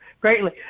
greatly